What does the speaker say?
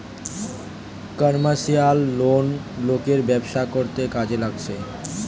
commercial loan লোকের ব্যবসা করতে কাজে লাগছে